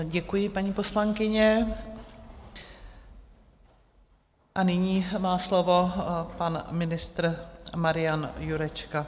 Děkuji, paní poslankyně, a nyní má slovo pan ministr Marian Jurečka.